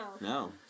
No